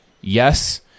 yes